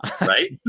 right